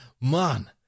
man